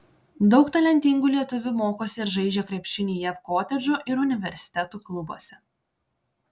daug talentingų lietuvių mokosi ir žaidžia krepšinį jav kotedžų ir universitetų klubuose